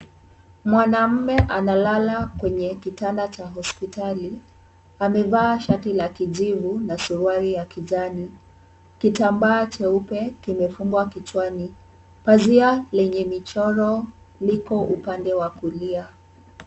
Mwanaume analala kwenye kitanda cha hospitali. Amevaa shati la kijivu na suruali ya kijani. Kitambaa cheupe kimefungwa kichwani. Pazia lenye michoro liko upande wa kulia.